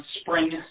spring